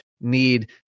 need